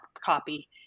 copy